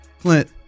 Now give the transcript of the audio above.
Clint